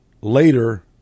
later